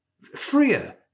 freer